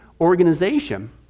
organization